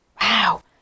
Wow